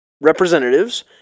representatives